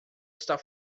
estar